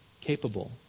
capable